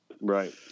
Right